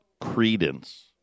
credence